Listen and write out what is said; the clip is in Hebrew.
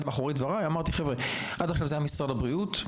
מאחורי דבריי שעד עכשיו זה היה משרד הבריאות,